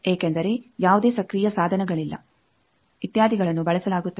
ಏಕೆಂದರೆ ಯಾವುದೇ ಸಕ್ರೀಯ ಸಾಧನಗಳಿಲ್ಲ ಇತ್ಯಾದಿಗಳನ್ನು ಬಳಸಲಾಗುತ್ತದೆ